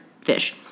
fish